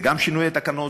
זה גם שינוי התקנון,